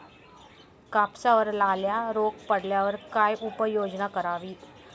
कापसावर लाल्या रोग पडल्यावर काय उपाययोजना करावी?